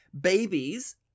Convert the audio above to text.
babies